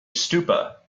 stupa